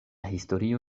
historio